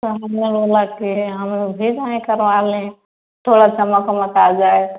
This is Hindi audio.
फिर हमने बोला कि हम भी जाएँ करवा लें थोड़ा चमक वमक आ जाए